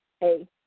hey